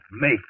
make